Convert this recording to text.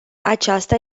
aceasta